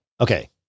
Okay